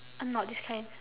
uh not this kind